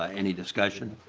ah any discussion?